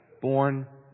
born